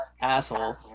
asshole